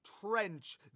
trench